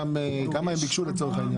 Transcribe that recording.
כמה הם ביקשו לצורך העניין?